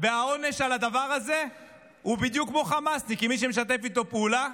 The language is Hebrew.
והעונש על הדבר הזה הוא בדיוק כמו חמאסניק כמי שמשתף איתו פעולה.